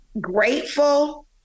Grateful